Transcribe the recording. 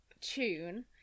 tune